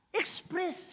express